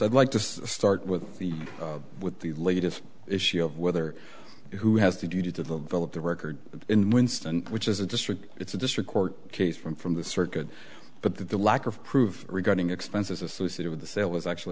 i'd like to start with the with the latest issue of whether who has to do to the villa the record in winston which is a district it's a district court case from from the circuit but that the lack of proof regarding expenses associated with the sale was actually